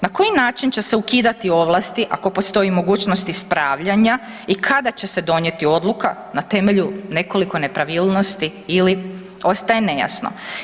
Na koji način će se ukidati ovlasti, ako postoji mogućnost ispravljanja i kada će se donijeti odluka na temelju nekoliko nepravilnosti ili ostaje nejasno.